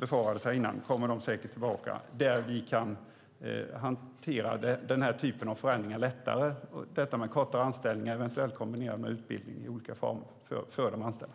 befarades här tidigare kommer de säkert tillbaka - där vi kan hantera den här typen av förändringar lättare, med kortare anställningar, eventuellt kombinerat med utbildning i olika former för de anställda.